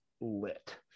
lit